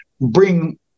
bring